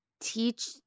Teach